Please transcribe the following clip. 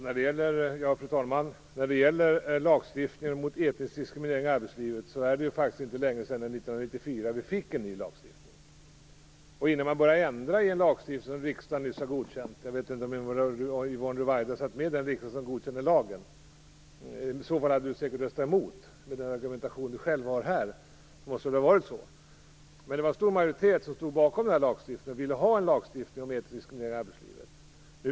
Fru talman! När det gäller etnisk diskriminering i arbetslivet är det faktiskt inte länge sedan - år 1994 - en ny lagstiftning genomfördes. Jag vet inte om Yvonne Ruwaida satt med i den riksdag som godkände lagen. I så fall hade hon säkert röstat emot beslutet med tanke på de argument hon här för fram. Det var en stor majoritet som stod bakom beslutet och som ville ha en lag mot etnisk diskriminering i arbetslivet.